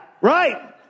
Right